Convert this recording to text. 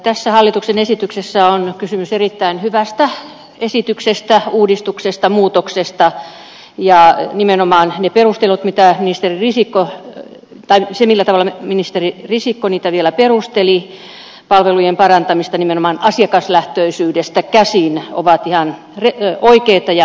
tässä hallituksen esityksessä on kysymys erittäin hyvästä uudistuksesta muutoksesta ja nimenomaan ne perustelut mitä ministeri risikko täynnä sinilevä on ministeri risikko esitti palvelujen parantaminen nimenomaan asiakaslähtöisyydestä käsin ovat oikeat ja hyvät